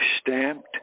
stamped